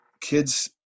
kids